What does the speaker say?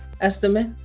estimate